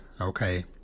okay